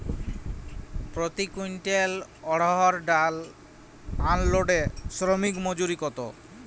প্রতি কুইন্টল অড়হর ডাল আনলোডে শ্রমিক মজুরি কত?